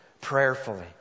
prayerfully